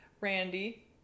Randy